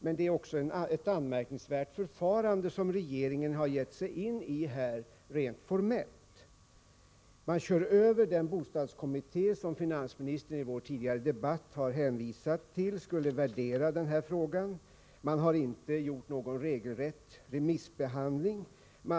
Rent formellt är det ett anmärkningsvärt förfarande som regeringen ger sig in på här. Man kör över den bostadskommitté som finansministern i vår tidigare debatt hänvisade till och som skulle värdera den här frågan. Man har inte gjort en regelrätt remissbehandling av frågan.